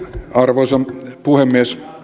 arvoisa puhemies